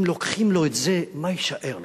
אם לוקחים לו את זה, מה יישאר לו?